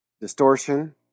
distortion